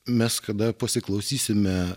mes kada pasiklausysime